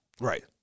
Right